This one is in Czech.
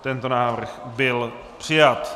Tento návrh byl přijat.